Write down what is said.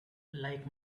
like